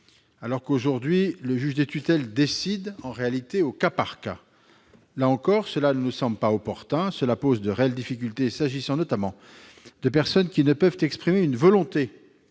alors qu'aujourd'hui le juge des tutelles décide au cas par cas. Là encore, une telle mesure ne nous semble pas opportune, car elle poserait de réelles difficultés, s'agissant notamment de personnes qui ne peuvent exprimer une volonté